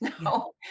no